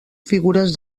figures